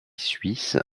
suisse